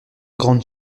grandes